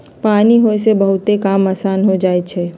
पानी होय से बहुते काम असान हो जाई छई